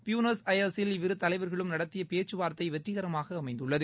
Buenos அய்ரஸில் இவ்விருதலைவாகளும் நடத்திய ்பேச்சவாா்த்தைவெற்றிகரமாகஅமைந்துள்ளது